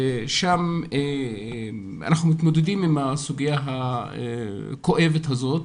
שם אנחנו מתמודדים עם הסוגיה הכואבת הזאת.